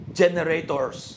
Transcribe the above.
generators